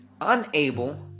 unable